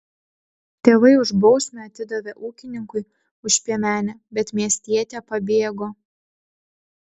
tėvai už bausmę atidavė ūkininkui už piemenę bet miestietė pabėgo